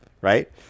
right